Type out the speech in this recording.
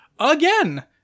Again